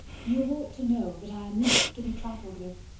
you ought to know, that i am not to be trifled with.